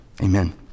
Amen